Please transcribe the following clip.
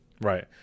Right